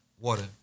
water